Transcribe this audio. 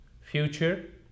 future